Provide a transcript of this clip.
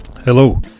Hello